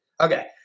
Okay